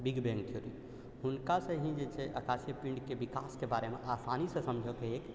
big bang theory हुनका से हि जे छै आकाशीय पिण्ड के बिकास के बारे मे आसानीसँ समझै के